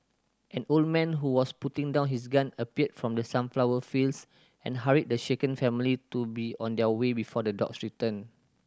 an old man who was putting down his gun appeared from the sunflower fields and hurried the shaken family to be on their way before the dogs return